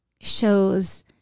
shows